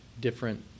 different